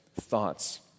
thoughts